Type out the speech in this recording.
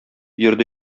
йөрде